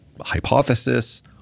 hypothesis